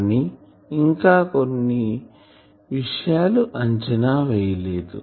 కానీ ఇంకా కొన్ని విషయాలు అంచనా వేయలేదు